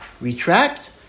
retract